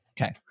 Okay